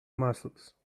muscles